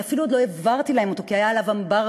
אני אפילו עוד לא העברתי להן אותו כי היה עליו אמברגו,